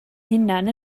hunain